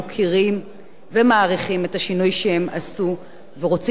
ורוצים שהם ישמשו דוגמה ומודל לנערים בסיכון אחרים,